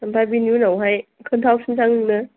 ओमफ्राय बिनि उनावहाय खोन्थाहरफिनसै आं नोंनो